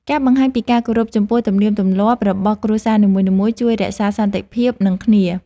ការបង្ហាញពីការគោរពចំពោះទំនៀមទំលាប់របស់គ្រួសារនីមួយៗជួយរក្សាសន្តិភាពនិងគ្នា។